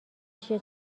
چیه